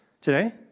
today